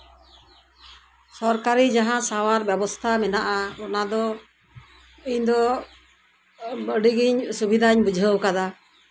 ᱥᱚᱨᱠᱟᱨᱤ ᱡᱟᱦᱟᱸ ᱥᱟᱶᱟᱨ ᱵᱮᱵᱚᱥᱛᱷᱟ ᱢᱮᱱᱟᱜᱼᱟ ᱚᱱᱟ ᱫᱚ ᱤᱧ ᱫᱚ ᱟᱹᱰᱤᱜᱮ ᱥᱩᱵᱤᱫᱷᱟᱧ ᱵᱩᱡᱷᱟᱹᱣ ᱠᱟᱫᱟ